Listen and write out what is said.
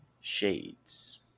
Shades